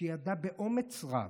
שידע באומץ רב,